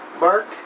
Mark